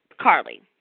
Carly